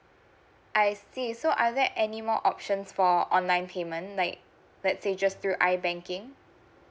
I see so are there any more options for online payment like let's say just through I banking